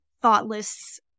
thoughtless